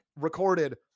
recorded